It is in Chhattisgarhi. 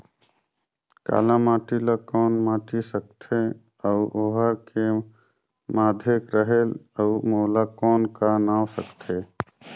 काला माटी ला कौन माटी सकथे अउ ओहार के माधेक रेहेल अउ ओला कौन का नाव सकथे?